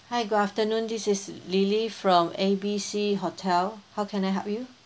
hi good afternoon this is lily from A_B_C hotel how can I help you